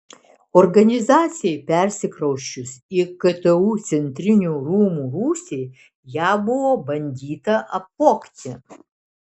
organizacijai persikrausčius į ktu centrinių rūmų rūsį ją buvo bandyta apvogti